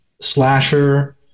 Slasher